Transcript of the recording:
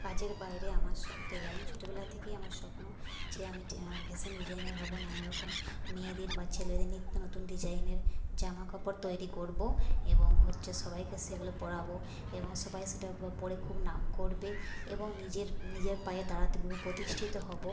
কাজের বাইরে আমার শখ টেলারি ছোটবেলা থেকেই আমার স্বপ্ন যে আমি ফ্যাশন ডিজাইনার হব নানা রকম মেয়েদের বা ছেলেদের নিত্যনতুন ডিজাইনের জামা কাপড় তৈরি করব এবং হচ্ছে সবাইকে সেগুলো পরাবো এবং সবাই সেটা পরে খুব নাম করবে এবং নিজের নিজের পায়ে দাঁড়াতে পারব প্রতিষ্ঠিত হব